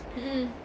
a'ah